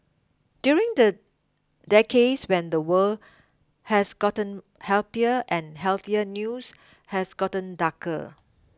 during the decades when the world has gotten happier and healthier news has gotten darker